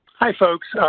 hi folks.